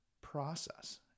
process